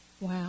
Wow